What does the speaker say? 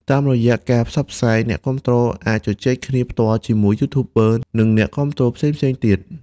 តាមរយៈការផ្សាយផ្ទាល់ អ្នកគាំទ្រអាចជជែកផ្ទាល់ជាមួយ YouTuber និងអ្នកគាំទ្រផ្សេងៗទៀត។